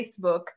Facebook